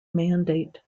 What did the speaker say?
mandate